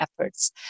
efforts